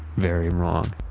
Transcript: very wrong.